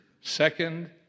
Second